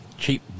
Cheap